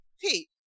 Pete